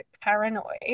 paranoid